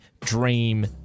Dream